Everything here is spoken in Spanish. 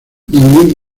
ningún